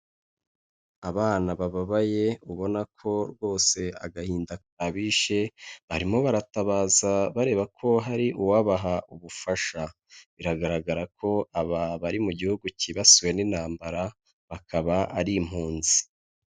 Abana bababaye ubona ko rwose agahinda kabishe, barimo baratabaza bareba ko hari uwabaha ubufasha, biragaragara ko aba bari mu gihugu cyibasiwe n'intambara, bakaba ari impunzi.